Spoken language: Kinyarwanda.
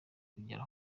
kugera